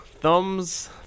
Thumbs